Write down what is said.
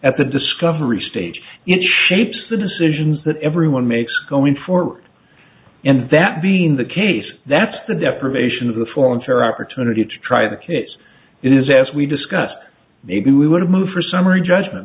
at the discovery stage it shapes the decisions that everyone makes going for and that being the case that's the deprivation of the full and fair opportunity to try the case it is as we discussed maybe we would have moved for summary judgment